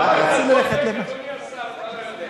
הם רק רוצים ללכת, אדוני השר, מה לא יודע?